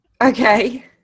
Okay